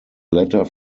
letter